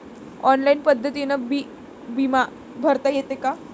Online पद्धतीनं बी बिमा भरता येते का?